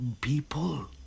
people